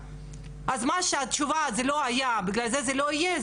אז התשובה זה לא היה ובגלל זה זה לא יהיה,